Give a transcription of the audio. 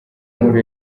nkuru